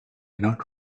not